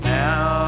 now